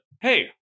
hey